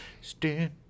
stand